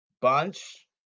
bunch